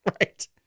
Right